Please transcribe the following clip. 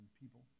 people